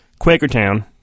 Quakertown